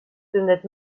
zündet